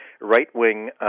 right-wing